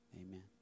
Amen